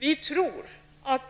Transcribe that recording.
Mc Donalds.